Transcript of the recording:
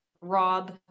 rob